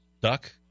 Duck